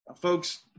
Folks